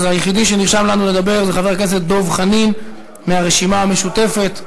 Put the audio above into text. היחידי שנרשם לנו לדבר זה חבר הכנסת דב חנין מהרשימה המשותפת.